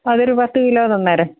അതൊരു പത്ത് കിലോ തന്നേരേ